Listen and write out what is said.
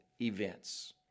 events